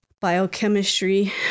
biochemistry